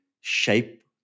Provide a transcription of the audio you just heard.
shape